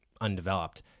undeveloped